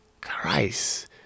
Christ